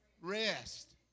rest